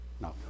No